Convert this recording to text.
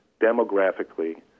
demographically